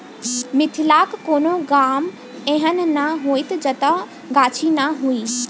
मिथिलाक कोनो गाम एहन नै होयत जतय गाछी नै हुए